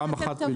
פעם אחת בלבד.